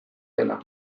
dela